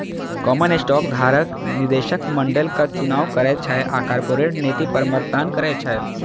common stock धारक निदेशक मंडलक चुनाव करै छै आ कॉरपोरेट नीति पर मतदान करै छै